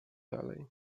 dalej